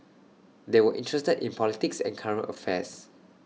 they were interested in politics and current affairs